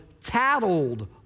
tattled